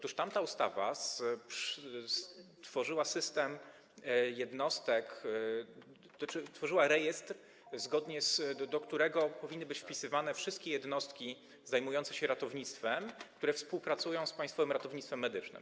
Tamta ustawa tworzyła system jednostek, tworzyła rejestr, do którego powinny być wpisywane wszystkie jednostki zajmujące się ratownictwem, które współpracują z Państwowym Ratownictwem Medycznym.